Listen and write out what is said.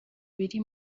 biri